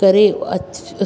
करे